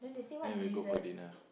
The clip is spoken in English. then we go for dinner